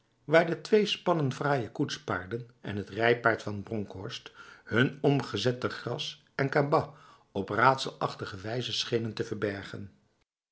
waar de twee spannen fraaie koetspaarden en het rijpaard van bronkhorst hun omgezette gras en gabah op raadselachtige wijze schenen te verbergen